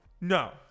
No